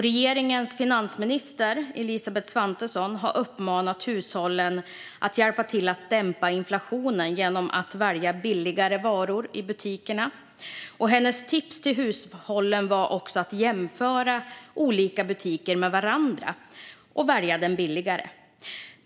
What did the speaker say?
Regeringens finansminister Elisabeth Svantesson har uppmanat hushållen att hjälpa till att dämpa inflationen genom att välja billigare varor i butikerna. Hennes tips till hushållen var också att jämföra olika butiker med varandra och välja den billigare.